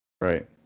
Right